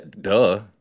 Duh